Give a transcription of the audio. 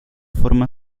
forma